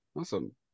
awesome